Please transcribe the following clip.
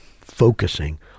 focusing